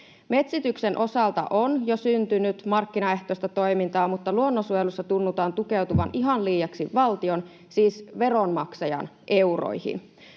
Metsityksen osalta on jo syntynyt markkinaehtoista toimintaa, mutta luonnonsuojelussa tunnutaan tukeutuvan ihan liiaksi valtion, siis veronmaksajan, euroihin.